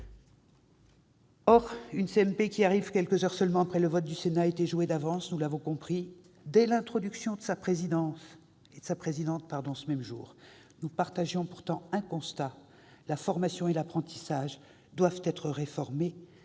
paritaire qui arrive quelques heures seulement après le vote du Sénat était jouée d'avance, nous l'avons compris dès l'introduction de sa présidente ce même jour. Nous partagions pourtant un constat : la formation et l'apprentissage doivent être réformés.